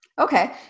Okay